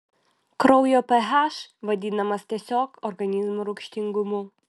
kraujo ph vadinamas tiesiog organizmo rūgštingumu